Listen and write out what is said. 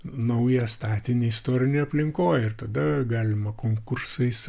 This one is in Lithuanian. naują statinį istorinėj aplinkoj ir tada galima konkursais